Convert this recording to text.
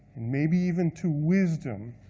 maybe even to wisdom,